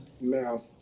No